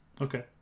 Okay